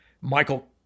Michael